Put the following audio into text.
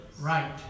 right